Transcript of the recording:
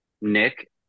nick